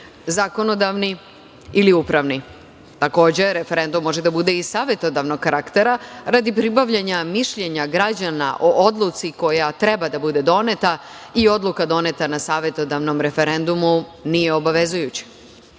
zakonodavni ili upravni. Takođe, referendum može da bude i savetodavnog karaktera radi pribavljanja mišljenja građana o odluci koja treba da bude doneta i odluka doneta na savetodavnom referendumu nije obavezujuća. Rokovi